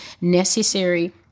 necessary